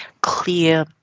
clear